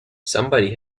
somebody